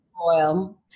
oil